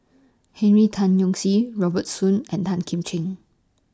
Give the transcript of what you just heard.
Henry Tan Yoke See Robert Soon and Tan Kim Ching